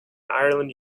ireland